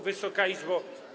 Wysoka Izbo!